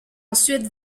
ensuite